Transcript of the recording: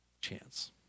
chance